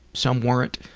some weren't,